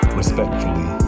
respectfully